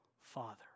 father